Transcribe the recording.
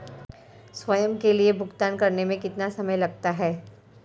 स्वयं के लिए भुगतान करने में कितना समय लगता है?